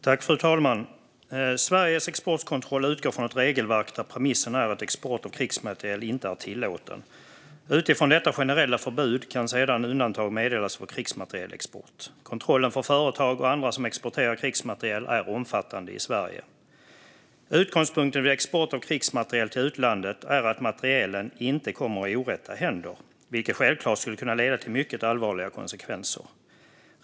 Fru talman! Sveriges exportkontroll utgår från ett regelverk där premissen är att export av krigsmateriel inte är tillåten. Utifrån detta generella förbud kan sedan undantag meddelas för krigsmaterielexport. Kontrollen för företag och andra som exporterar krigsmateriel är omfattande i Sverige. Utgångspunkten vid export av krigsmateriel till utlandet är att materielen inte kommer i orätta händer, vilket självklart skulle kunna få mycket allvarliga konsekvenser.